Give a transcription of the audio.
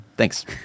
Thanks